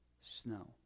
snow